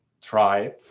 try